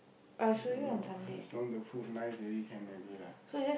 I don't know as long the food nice already can already lah